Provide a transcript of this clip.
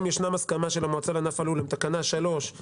ישנה הסכמה של המועצה לענף הלול הן תקנה 3(4),